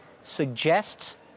suggests